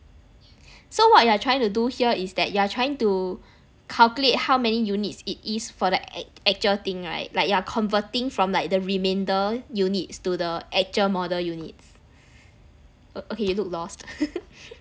so what you are trying to do here is that you are trying to calculate how many units it is for the act~ actual thing right like you are converting from like the remainder units to the actual model units o~ okay you look lost